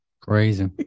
crazy